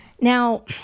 now